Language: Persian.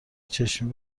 چشمی